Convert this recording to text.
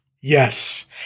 Yes